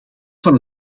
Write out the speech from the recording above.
van